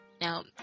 now